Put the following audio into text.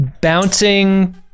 bouncing